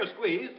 squeeze